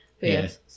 Yes